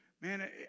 man